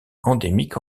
endémiques